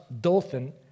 Dolphin